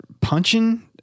punching